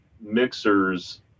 mixers